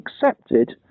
accepted